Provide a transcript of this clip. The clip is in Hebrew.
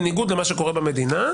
בניגוד למה שקורה במדינה,